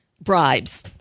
bribes